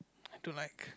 to like